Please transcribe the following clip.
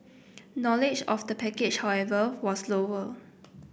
knowledge of the package however was lower